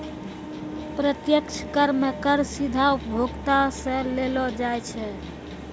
प्रत्यक्ष कर मे कर सीधा उपभोक्ता सं लेलो जाय छै